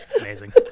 Amazing